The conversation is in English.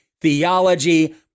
theology